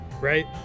right